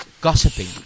gossiping